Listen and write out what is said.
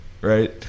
right